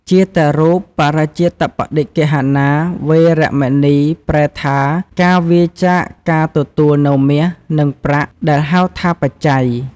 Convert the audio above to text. ជាតរូបរជតប្បដិគ្គហណា វេរមណី ប្រែថា ការវៀរចាកការទទួលនូវមាស និងប្រាក់ ដែលហៅថា បច្ច័យ។